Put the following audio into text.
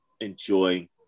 enjoy